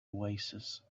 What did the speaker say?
oasis